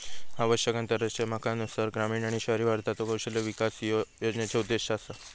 आवश्यक आंतरराष्ट्रीय मानकांनुसार ग्रामीण आणि शहरी भारताचो कौशल्य विकास ह्यो या योजनेचो उद्देश असा